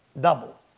double